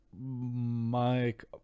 Mike